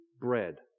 bread